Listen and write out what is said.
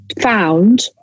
found